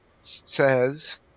says